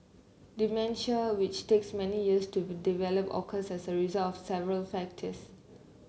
dementia which takes many years to develop occurs as a result of several factors